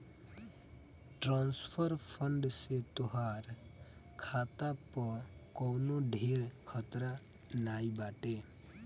transfer fund से तोहार खाता पअ कवनो ढेर खतरा नाइ बाटे